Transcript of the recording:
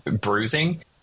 bruising